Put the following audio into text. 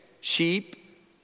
sheep